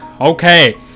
okay